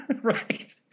right